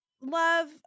love